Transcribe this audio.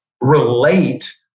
relate